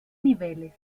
niveles